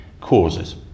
causes